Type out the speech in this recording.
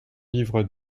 livres